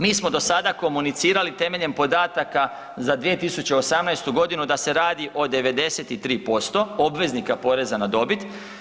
Mi smo dosada komunicirali temeljem podataka za 2018.g. da se radi o 93% obveznika poreza na dobit.